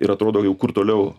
ir atrodo jau kur toliau